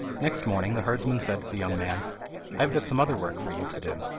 next morning the herdsman said to the young man i have got some other work for you to do.